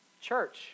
church